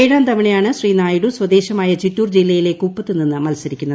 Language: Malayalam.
ഏഴാം തവണയാണ് ശ്രീ നായിഡു സ്വദേശമായ ചിറ്റൂർ ജില്ലയിലെ കുപ്പത്ത് നിന്ന് മത്സരിക്കുന്നത്